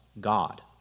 God